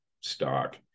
stock